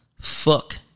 fuck